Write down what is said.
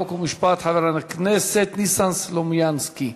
חוק ומשפט חבר הכנסת ניסן סלומינסקי.